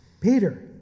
Peter